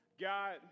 God